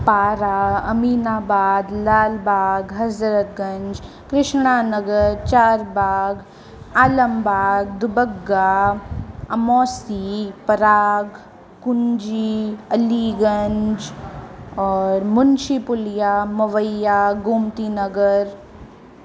पारा अमीनाबाद लालबाग हज़रतगंज कृष्णा नगर चारबाग आलमबाग दुब्बगा अमौसी पराग कुंजी अलीगंज और मुंशी पुलिया मवैया गोमती नगर